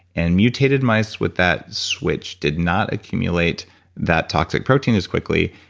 and mutated mice with that switch did not accumulate that toxic protein as quickly,